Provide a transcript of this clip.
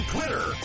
Twitter